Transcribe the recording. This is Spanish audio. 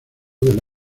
del